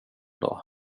dag